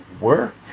work